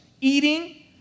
Eating